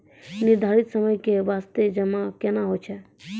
निर्धारित समय के बास्ते जमा केना होय छै?